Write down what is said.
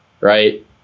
right